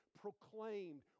proclaimed